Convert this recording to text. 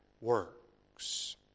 works